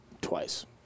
Twice